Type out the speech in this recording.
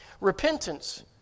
repentance